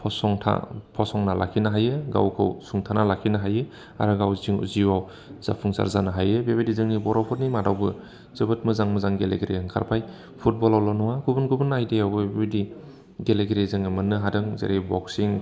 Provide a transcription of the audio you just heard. फसंना लाखिनो हायो गावखौ सुंथाना लाखिनो हायो आरो गाव जिउआव जाफुंसार जानो हायो बेबायदि जोंनि बर'फोरनि मादावबो जोबोद मोजां मोजां गेलेगिरि ओंखारबाय फुटबलावल' नङा गुबुन गुबुन आयदायावबो बेबायदि गेलेगिरि जोङो मोननो हादों जेरै बक्सिं